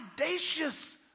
audacious